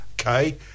okay